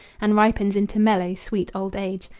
and ripens into mellow, sweet old age,